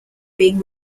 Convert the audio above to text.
being